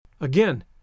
Again